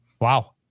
Wow